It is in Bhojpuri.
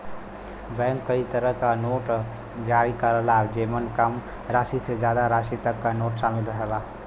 बैंक कई तरे क नोट जारी करला जेमन कम राशि से जादा राशि तक क नोट शामिल रहला